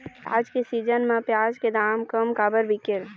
प्याज के सीजन म प्याज के दाम कम काबर बिकेल?